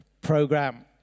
program